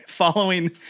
following